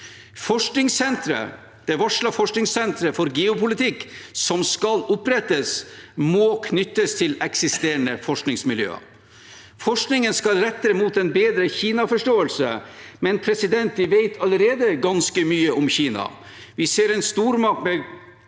forskningssenteret for geopolitikk som skal opprettes, må knyttes til eksisterende forskningsmiljøer. Forskningen skal rettes mot en bedre Kina-forståelse, men vi vet allerede ganske mye om Kina.